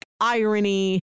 irony